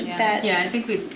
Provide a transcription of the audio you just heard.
yeah i think we